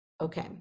Okay